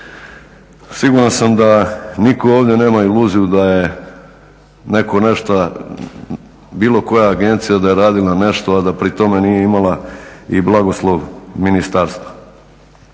siguran sam da nitko ovdje nema iluziju da je netko nešto, bilo koja agencija da je radila nešto, a da pri tome nije imala i blagoslov ministarstva.